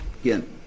again